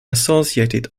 associated